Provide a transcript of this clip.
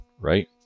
right